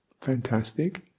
fantastic